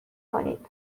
کنید